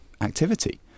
activity